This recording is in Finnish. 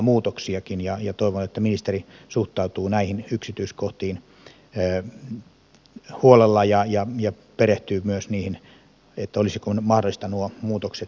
toivon että ministeri suhtautuu näihin yksityiskohtiin huolella ja perehtyy myös niihin niin että olisiko mahdollista nuo muutokset tehdä